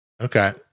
Okay